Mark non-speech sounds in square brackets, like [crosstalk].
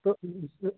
तो [unintelligible]